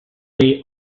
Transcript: day